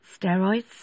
Steroids